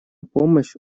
помощь